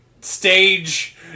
stage